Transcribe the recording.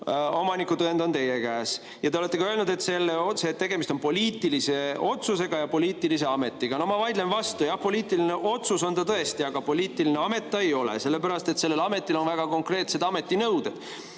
omanikutõend on teie käes. Ja te olete ka öelnud otse, et tegemist on poliitilise otsusega ja poliitilise ametiga.No ma vaidlen vastu. Jah, poliitiline otsus on see tõesti, aga poliitiline amet see ei ole, sellepärast et sellel ametil on väga konkreetsed ametinõuded.